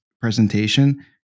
presentation